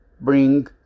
bring